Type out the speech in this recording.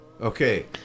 Okay